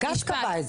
בית המשפט קבע את זה.